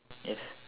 yes